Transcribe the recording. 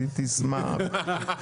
היא תשמח.